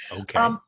Okay